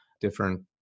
different